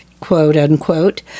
quote-unquote